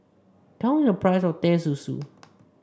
tell me the price of Teh Susu